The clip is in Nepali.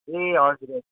ए हजुर हजुर